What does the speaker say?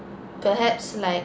perhaps like